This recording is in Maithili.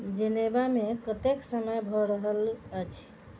जेनेवामे कतेक समय भए रहल आछि